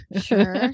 Sure